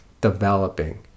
developing